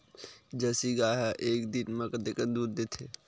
Jersey गाय ह एक दिन म कतेकन दूध देथे?